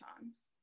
times